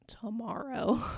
tomorrow